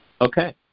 Okay